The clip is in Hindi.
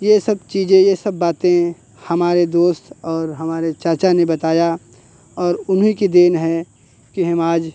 ये सब चीज़ें ये सब बातें हमारे दोस्त और हमारे चाचा ने बताया और उन्हीं की देन है कि हम आज